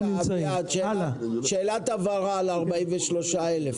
שאלת הבהרה על ה-43,000.